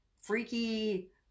freaky